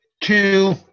two